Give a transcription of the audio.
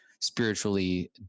spiritually